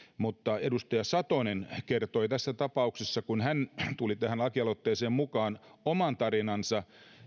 edustaja satonen kertoi kun hän tuli tähän lakialoitteeseen mukaan oman tarinansa